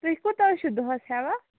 تُہۍ کوٗتاہ چھِو دۄہس ہٮ۪وان